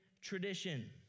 tradition